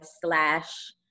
slash